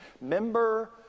member